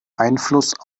einfluss